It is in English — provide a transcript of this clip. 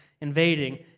invading